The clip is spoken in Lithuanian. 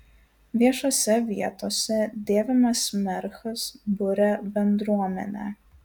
viešose vietose dėvimas merchas buria bendruomenę